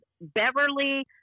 Beverly